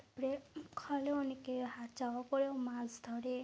তারপরে খালেও অনেকে হাত চাপা করেও মাছ ধরে